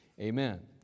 amen